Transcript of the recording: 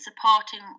supporting